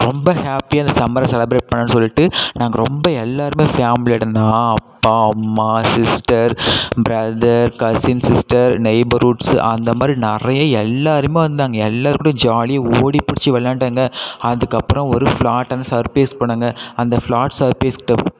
ரொம்ப ஹேப்பியான சம்மராக செலிப்ரேட் பண்ணணுன்னு சொல்லிட்டு நாங்கள் ரொம்ப எல்லாருமே ஃபேமிலியோட நான் அப்பா அம்மா சிஸ்டர் பிரதர் கசின்சிஸ்டர் நெய்பர்குட்ஸ் அந்த மாதிரி நிறையா எல்லாருமே வந்தாங்க எல்லார்கூட ஜாலியாக ஓடிபிடிச்சு விளையாண்டேங்க அதற்கப்பறம் ஒரு ஃபிளாட் ஆனால் சர்ஃபேஸ் போனேங்க அந்த ஃபிளாட் சர்ஃபேஸ்கிட்ட